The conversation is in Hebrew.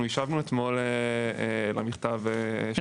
אנחנו הישבנו אתמול במכתב --- כן,